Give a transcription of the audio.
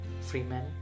Freeman